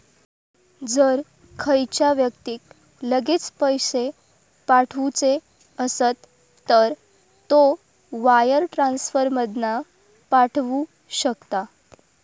जर खयच्या व्यक्तिक लगेच पैशे पाठवुचे असत तर तो वायर ट्रांसफर मधना पाठवु शकता